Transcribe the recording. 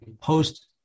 post